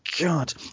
god